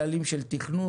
כללים של תכנון,